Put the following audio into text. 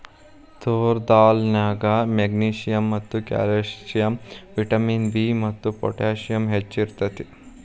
ತೋರ್ ದಾಲ್ ನ್ಯಾಗ magnesium, calcium, vitamin B ಮತ್ತು ಪೊಟ್ಯಾಸಿಯಮ್ ಹೆಚ್ಚ್ ಇರ್ತೇತಿ